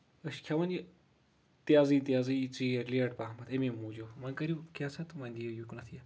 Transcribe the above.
أسۍ چھٕ کھٮ۪وان یہِ تیزٕے تیزٕے یہِ ژِیٖر لیٹ پَہمَتھ اَمہِ موٗجوٗب وۄنۍ کَرِو کیٚنٛہہ سا تہٕ وۄنۍ دِیو یُکنَتھ